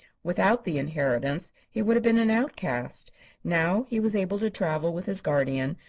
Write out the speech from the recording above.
without the inheritance he would have been an outcast now he was able to travel with his guardian,